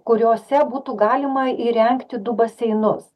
kuriose būtų galima įrengti du baseinus